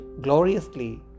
gloriously